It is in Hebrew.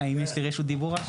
האם יש לי רשות דיבור עכשיו?